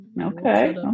Okay